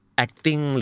acting